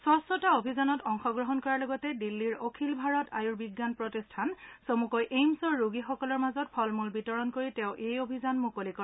স্বছতা অভিযানত অংশগ্লহণ কৰাৰ লগতে দিল্লীৰ অখিল ভাৰত আয়ুৰ্বিজ্ঞান প্ৰতিষ্ঠান চমুকৈ এইমছৰ ৰোগীসকলৰ মাজত ফল মূল বিতৰণ কৰি তেওঁ এই অভিযান মুকলি কৰে